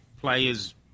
players